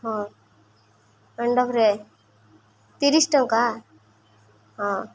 ହଁ ତିରିଶ ଟଙ୍କା ହଁ